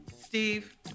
Steve